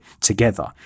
together